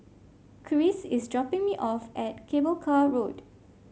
Kris is dropping me off at Cable Car Road